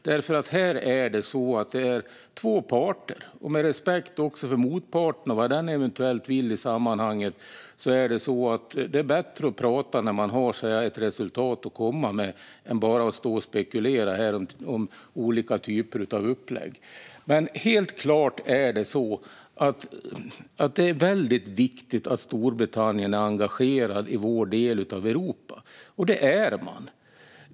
Här finns det nämligen två parter, och med respekt för motparten och vad den eventuellt vill i sammanhanget är det bättre att prata när det finns ett resultat snarare än att stå här och spekulera i olika typer av upplägg. Helt klart är det dock viktigt att Storbritannien är engagerat i vår del av Europa, och det är man.